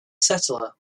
settler